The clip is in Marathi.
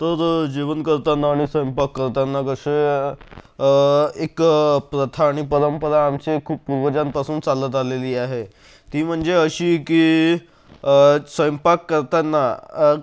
तर जेवण करताना आणि स्वयंपाक करताना कसे एक प्रथा आणि परंपरा आमची खूप पूर्वजांपासून चालत आलेली आहे ती म्हणजे अशी की स्वयंपाक करताना